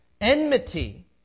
enmity